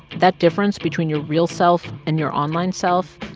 that difference between your real self and your online self,